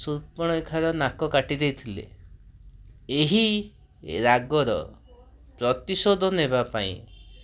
ସୁପର୍ଣ୍ଣରେଖାର ନାକ କାଟି ଦେଇଥିଲେ ଏହି ରାଗର ପ୍ରତିଶୋଧ ନେବା ପାଇଁ